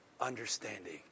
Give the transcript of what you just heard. understanding